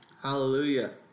Hallelujah